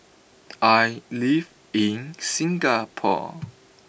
I live in Singapore